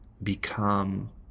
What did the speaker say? become